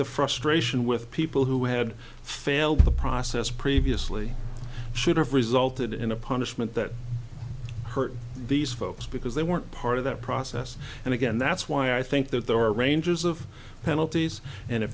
the frustration with people who had failed the process previously should have resulted in a punishment that hurt these folks because they weren't part of that process and again that's why i think that there are ranges of penalties and if